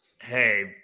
Hey